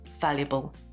valuable